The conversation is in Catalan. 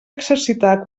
exercitar